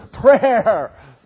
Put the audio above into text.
prayer